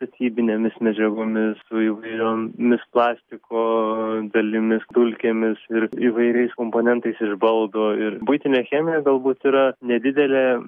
statybinėmis medžiagomis su įvairiomis plastiko dalimis dulkėmis ir įvairiais komponentais iš baldų ir buitinė chemija galbūt yra nedidelė